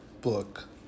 book